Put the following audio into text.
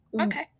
Okay